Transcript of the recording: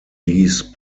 these